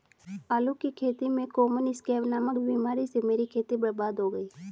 आलू की खेती में कॉमन स्कैब नामक बीमारी से मेरी खेती बर्बाद हो गई